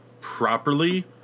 properly